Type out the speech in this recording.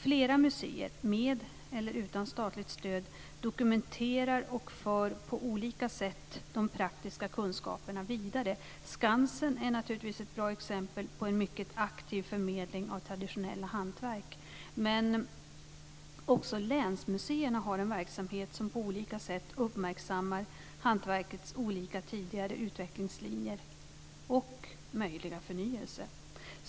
Flera museer, med eller utan statligt stöd, dokumenterar och för på olika sätt de praktiska kunskaperna vidare. Skansen är naturligtvis ett bra exempel på en mycket aktiv förmedling av traditionella hantverk. Också länsmuseerna har en verksamhet som på olika sätt uppmärksammar hantverkets olika tidigare utvecklingslinjer och möjliga förnyelse.